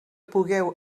pugueu